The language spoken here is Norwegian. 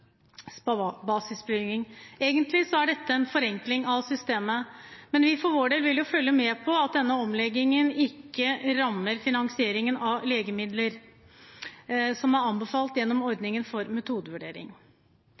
basisbevilgning. Egentlig er dette en forenkling av systemet, men vi vil følge med på at denne omleggingen ikke rammer finansieringen av legemidler som er anbefalt gjennom ordningen for